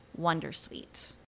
Wondersuite